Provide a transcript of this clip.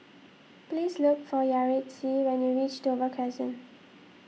please look for Yaretzi when you reach Dover Crescent